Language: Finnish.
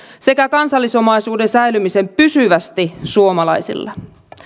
sekä kansallisomaisuuden säilymisen pysyvästi suomalaisilla